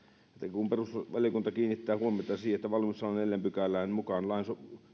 että perustuslakivaliokunta kiinnittää huomiota siihen että valmiuslain neljännen pykälän mukaan lain